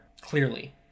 clearly